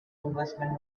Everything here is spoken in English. englishman